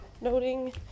noting